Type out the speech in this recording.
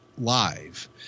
live